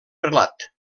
prelat